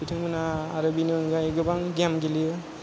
बिथांमोना आरो बेनि अनगायै गोबां गेम गेलेयो